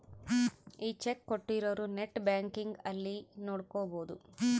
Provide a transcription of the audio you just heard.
ಈ ಚೆಕ್ ಕೋಟ್ಟಿರೊರು net banking ಅಲ್ಲಿ ನೋಡ್ಕೊಬೊದು